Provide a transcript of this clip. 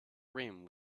rim